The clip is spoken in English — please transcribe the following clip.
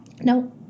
No